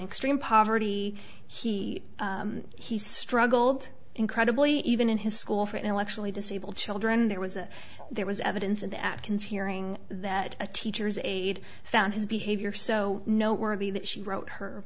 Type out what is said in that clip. extreme poverty he has struggled incredibly even in his school for intellectually disabled children there was a there was evidence in the atkins hearing that a teacher's aide found his behavior so noteworthy that she wrote her